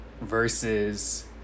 versus